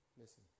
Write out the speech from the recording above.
Listen